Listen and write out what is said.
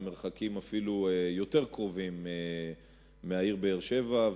במרחקים אפילו יותר קרובים מהעיר באר-שבע.